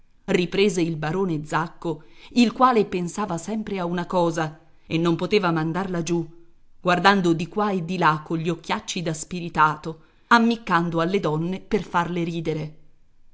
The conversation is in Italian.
riprese il barone zacco il quale pensava sempre a una cosa e non poteva mandarla giù guardando di qua e di là cogli occhiacci da spiritato ammiccando alle donne per farle ridere